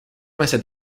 meses